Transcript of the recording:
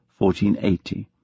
1480